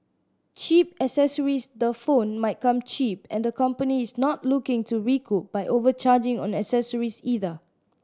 Cheap Accessories the phone might come cheap and the company is not looking to recoup by overcharging on accessories either